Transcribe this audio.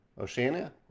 Oceania